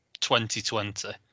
2020